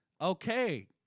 Okay